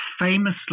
famously